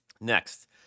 Next